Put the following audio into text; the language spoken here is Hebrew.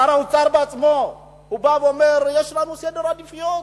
שר האוצר עצמו בא ואומר: יש לנו סדר עדיפויות,